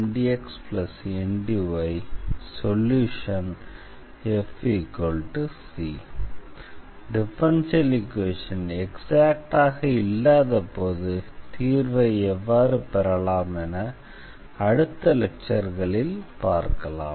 dfxyMdxNdy SOLUTION fc differential equation எக்ஸாக்ட்டாக இல்லாத போது தீர்வை எவ்வாறு பெறலாம் என அடுத்த லெக்சர்களில் பார்க்கலாம்